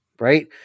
right